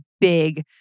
big